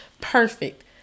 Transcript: perfect